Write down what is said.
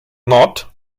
not